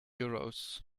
euros